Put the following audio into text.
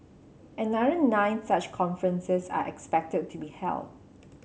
another nine such conferences are expected to be held